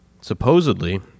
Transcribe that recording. Supposedly